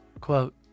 quote